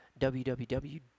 www